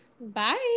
Bye